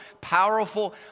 powerful